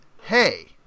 Hey